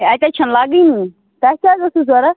ہے اَتہِ حَظ چھِ نہٕ لَگانٕے تۄہہِ کیٚاہ حَظ اوسوٕ ضروٗرت